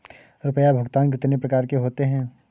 रुपया भुगतान कितनी प्रकार के होते हैं?